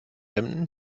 emden